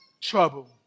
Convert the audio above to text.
trouble